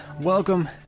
welcome